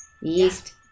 yeast